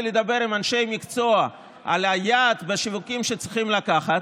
לדבר עם אנשי מקצוע על היעד בשיווקים שצריכים לקחת,